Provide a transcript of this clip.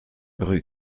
rue